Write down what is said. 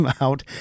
out